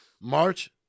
March